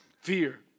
fear